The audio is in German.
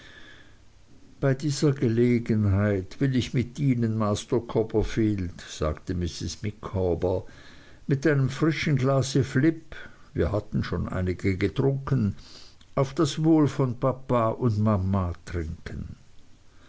bei dieser gelegenheit will ich mit ihnen master copperfield sagte mrs micawber mit einem frischen glas flip wir hatten schon einige getrunken auf das wohl von papa und mama trinken